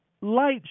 Light